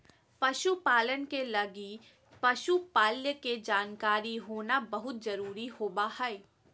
पशु पालन के लगी पशु पालय के जानकारी होना बहुत जरूरी होबा हइ